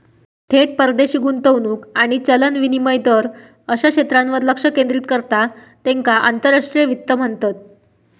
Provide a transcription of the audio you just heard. थेट परदेशी गुंतवणूक आणि चलन विनिमय दर अश्या क्षेत्रांवर लक्ष केंद्रित करता त्येका आंतरराष्ट्रीय वित्त म्हणतत